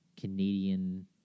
Canadian